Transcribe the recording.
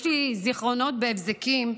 יש לי זיכרונות בהבזקים,